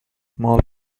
small